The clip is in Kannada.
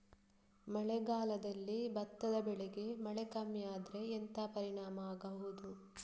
ಮಳೆಗಾಲದಲ್ಲಿ ಭತ್ತದ ಬೆಳೆಗೆ ಮಳೆ ಕಮ್ಮಿ ಆದ್ರೆ ಎಂತ ಪರಿಣಾಮ ಆಗಬಹುದು?